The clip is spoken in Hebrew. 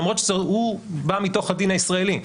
למרות שהוא בא מתוך הדין הישראלי,